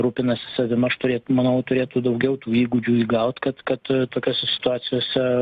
rūpinasi savim aš turėtų manau turėtų daugiau tų įgūdžių įgaut kad kad tokiose situacijose